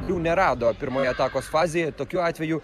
jų nerado pirmoje atakos fazėje tokiu atveju